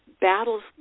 battles